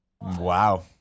Wow